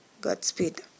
Godspeed